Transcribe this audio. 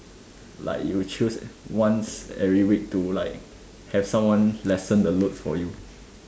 like you choose once every week to like have someone lessen the load for you